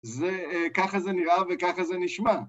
זה, ככה זה נראה וככה זה נשמע